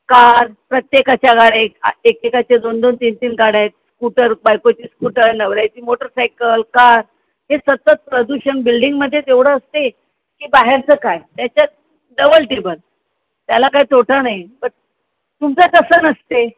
car प्रत्येकाच्या गाड्या एक एकेकाच्या दोन दोन तीन तीन गाड्या आहेत स्कूटर बायकोची स्कूटर नवऱ्याची मोटरसायकल कार हे सतत प्रदूषण बिल्डिंगमध्येच एवढं असते की बाहेरचं काय त्याच्या डबल टिबल त्याला काय तोटा नाही बट तुमचं तसं नसते